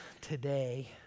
today